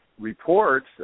reports